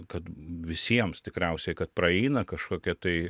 kad visiems tikriausiai kad praeina kažkokie tai